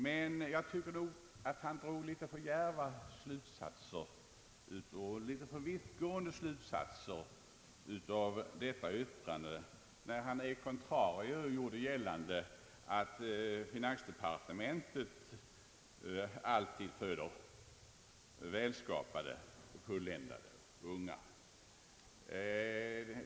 Men jag tycker att han drog litet för vittgående slutsatser av detta yttrande när han e contrario gjorde gällande, att finansdepartementet alltid föder välskapade och fulländade ungar.